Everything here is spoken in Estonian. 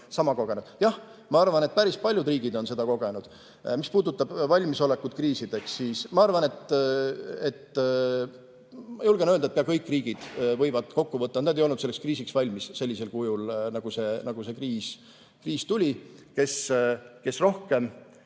sama kogenud, siis jah, ma arvan, et päris paljud riigid on seda kogenud. Mis puudutab valmisolekut kriisideks, siis ma arvan, julgen öelda, et pea kõik riigid võivad kokku võtta, et nad ei olnud selleks kriisiks valmis sellisel kujul, nagu see kriis tuli – kes rohkem,